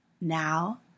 Now